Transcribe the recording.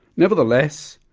nevertheless,